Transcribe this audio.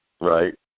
Right